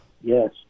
Yes